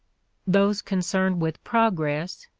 those concerned with progress,